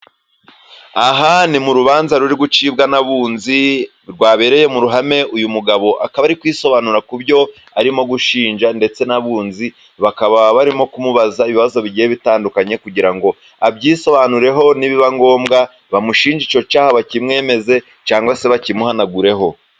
Aha ni mu rubanza ruri gucibwa n'abunzi rwabereye mu ruhame, uyu mugabo akaba ari kwisobanura ku byo arimo gushinjwa ,ndetse n'abunzi bakaba barimo kumubaza ibibazo bigiye bitandukanye, kugira ngo abyisobanureho ni biba ngombwa abamushinja icyo cyaha bakimwemeze, cyangwa se bakimuhanagureho.u